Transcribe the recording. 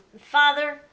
Father